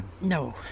No